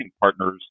partners